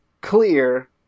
clear